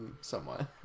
somewhat